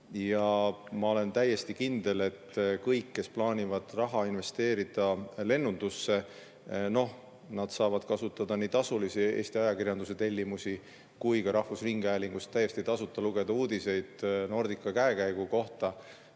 Ma olen täiesti kindel, et kõik, kes plaanivad investeerida raha lennundusse, saavad kasutada nii tasulisi Eesti ajakirjanduse tellimusi kui ka rahvusringhäälingust täiesti tasuta lugeda uudiseid Nordica käekäigu kohta.